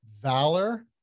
Valor